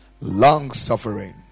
long-suffering